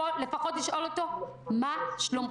לפחות לשאול אותו מה שלומך.